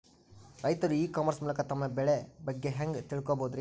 ರೈತರು e commerce ಮೂಲಕ ತಮ್ಮ ಬೆಳಿ ಬಗ್ಗೆ ಹ್ಯಾಂಗ ತಿಳ್ಕೊಬಹುದ್ರೇ?